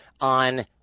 on